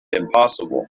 impossible